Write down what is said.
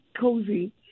cozy